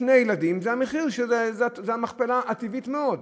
שני ילדים, זו המכפלה הטבעית מאוד,